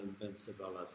invincibility